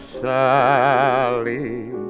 Sally